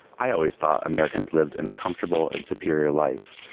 i always thought americans lived in a comfortable and superior life.